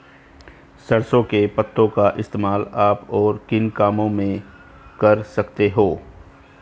सरसों के पत्तों का इस्तेमाल आप और किन कामों में कर सकते हो?